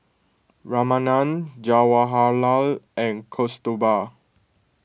Ramanand Jawaharlal and Kasturba